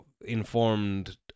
informed